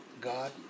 God